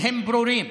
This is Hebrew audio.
הם ברורים.